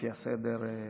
לפי הסדר,